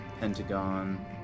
Pentagon